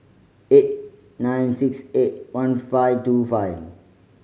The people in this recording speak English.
eight nine six eight one five two five